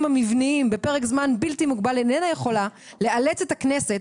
המבניים בפרק זמן בלתי מוגבל איננה יכולה לאלץ את הכנסת